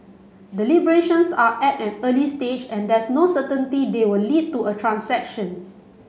deliberations are at an early stage and there's no certainty they will lead to a transaction